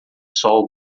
sol